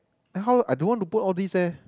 then how I don't want to put all this eh